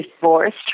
divorced